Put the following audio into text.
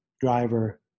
driver